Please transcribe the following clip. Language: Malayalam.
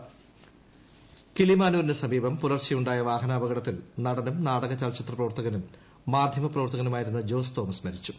വാഹനാപകടം കിളിമാനൂരിന് സമീപം പുലർച്ചെ ഉണ്ടായ വാഹനാപകടത്തിൽ നടനും നാടക ചലച്ചിത്ര പ്രവർത്തനും മാധ്യമപ്രവർത്തകനുമായിരുന്ന ജോസ് തോമസ് മരിച്ചു